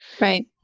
Right